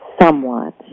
somewhat